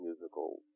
musical